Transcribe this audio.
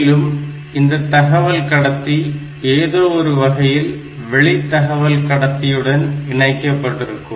மேலும் இந்த தகவல் கடத்தி ஏதோ ஒரு வகையில் வெளி தகவல் கடத்தியுடன் இணைக்கப்பட்டிருக்கும்